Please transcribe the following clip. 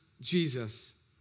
Jesus